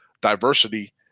diversity